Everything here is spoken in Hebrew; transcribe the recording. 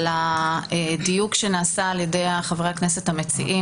את הדיוק שנעשה על ידי חברי הכנסת המציעים